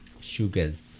sugars